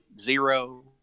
Zero